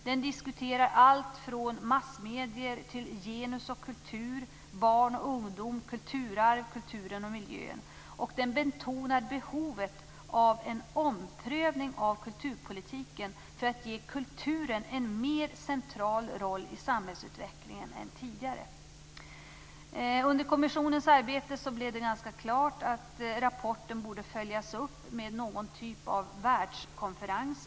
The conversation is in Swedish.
Den diskuterar allt från massmedier till genus och kultur, barn och ungdom, kulturarv och kulturen och miljön. Den betonar behovet av en omprövning av kulturpolitiken för att ge kulturen en mer central roll i samhällsutveckling än tidigare. Under kommissionens arbete blev det ganska klart att rapporten borde följas upp med någon typ av världskonferens.